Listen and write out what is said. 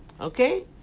Okay